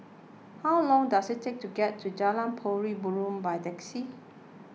how long does it take to get to Jalan Pari Burong by taxi